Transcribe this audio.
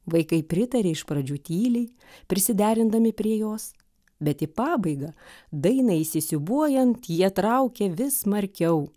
vaikai pritarė iš pradžių tyliai prisiderindami prie jos bet į pabaigą dainai įsisiūbuojant jie traukė vis smarkiau